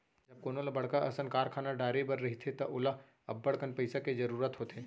जब कोनो ल बड़का असन कारखाना डारे बर रहिथे त ओला अब्बड़कन पइसा के जरूरत होथे